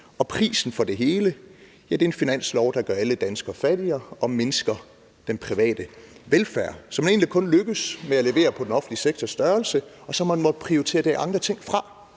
Prisen for det hele er en finanslov, der gør alle danskere fattigere og mindsker den private velfærd. Så man er egentlig kun lykkedes med at levere på den offentlige sektors størrelse, og så har man måttet prioritere andre ting fra.